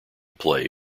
play